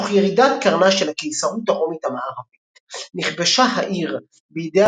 תוך ירידת קרנה של הקיסרות הרומית המערבית נכבשה העיר בידי